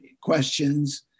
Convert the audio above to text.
questions